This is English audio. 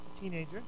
teenager